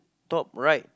top right